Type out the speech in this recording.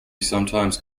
sometimes